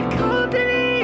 company